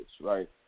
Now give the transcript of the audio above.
right